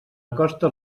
acosta